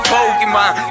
Pokemon